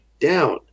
down